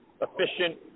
efficient